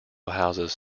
houses